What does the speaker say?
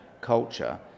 culture